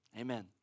Amen